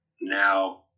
Now